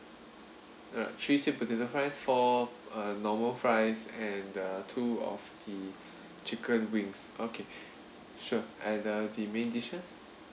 right three sweet potato fries four uh normal fries and two of the chicken wings okay sure and uh the main dishes